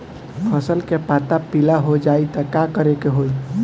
फसल के पत्ता पीला हो जाई त का करेके होई?